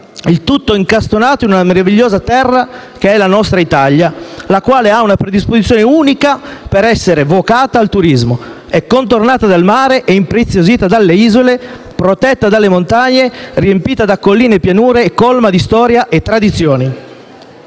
il tutto incastonato in una meravigliosa terra come la nostra Italia, la quale ha una predisposizione unica per essere vocata al turismo: è contornata dal mare e impreziosita dalle isole, protetta dalle montagne, riempita da colline e pianure, colma di storia e tradizioni.